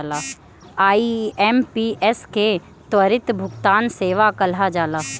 IMPS के त्वरित भुगतान सेवा कहल जाला